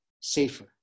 safer